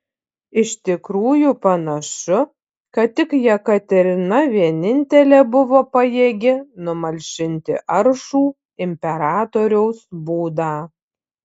iš tikrųjų panašu kad tik jekaterina vienintelė buvo pajėgi numalšinti aršų imperatoriaus būdą